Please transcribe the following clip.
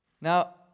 Now